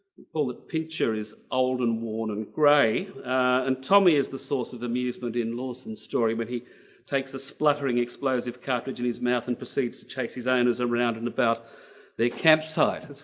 all the picture is old and worn and gray and tommy is the source of amusement in lawson's story but he takes a splattering explosive cartilage in his mouth and proceeds to chase his owners around and about their campsite.